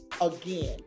again